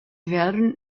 werden